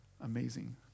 amazing